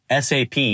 SAP